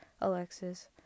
Alexis